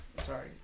sorry